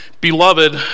Beloved